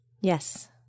Yes